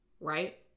right